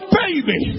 baby